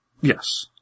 Yes